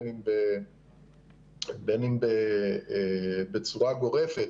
בין אם בצורה גורפת